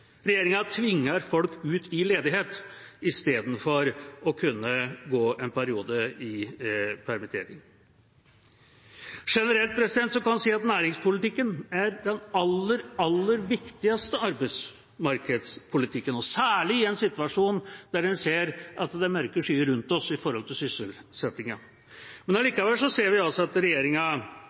Regjeringa tvinger folk ut i ledighet istedenfor at de skal kunne være permittert en periode. Generelt kan en si at næringspolitikken er den aller viktigste arbeidsmarkedspolitikken, og særlig i en situasjon der en ser at det er mørke skyer rundt oss når det gjelder sysselsettingen. Allikevel ser vi at regjeringa